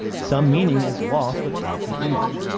some meaning is lost without the image.